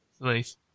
nice